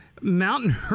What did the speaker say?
Mountain